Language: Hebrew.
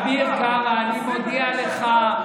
אביר קארה, אני מודיע לך,